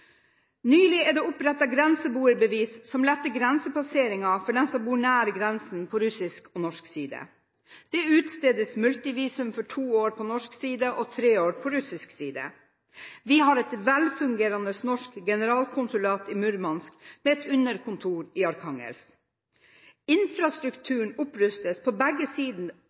Nylig er det opprettet grenseboerbevis, som letter grensepasseringene for dem som bor nær grensen på russisk og norsk side. Det utstedes multivisum for to år på norsk side og for tre år på russisk side. Vi har et velfungerende norsk generalkonsulat i Murmansk med et underkontor i Arkhangelsk. Infrastrukturen opprustes på begge